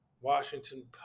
Washington